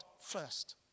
first